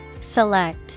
Select